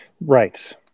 right